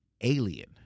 alien